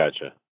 gotcha